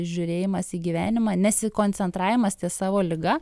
žiūrėjimas į gyvenimą nesikoncentravimas ties savo liga